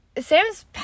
Sam's